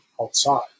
outside